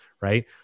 right